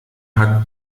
hat